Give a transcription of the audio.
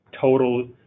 total